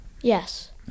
Yes